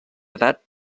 edat